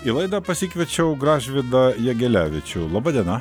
į laidą pasikviečiau gražvydą jegelevičių laba diena